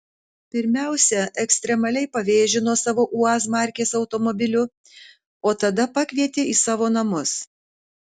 pirmiausia ekstremaliai pavėžino savo uaz markės automobiliu o tada pakvietė į savo namus